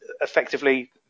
effectively